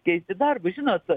keisti darbus žinot